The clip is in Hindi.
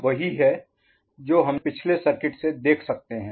तो यह वही है जो हम पिछले सर्किट से देख सकते हैं